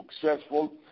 successful